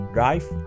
Drive